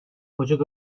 ocak